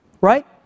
right